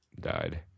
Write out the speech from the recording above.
died